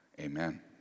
Amen